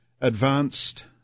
advanced